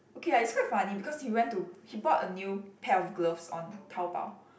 okay lah it's quite funny because he went to he bought a new pair of gloves on Taobao